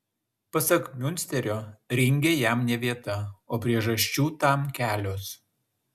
pasak miunsterio ringe jam ne vieta o priežasčių tam kelios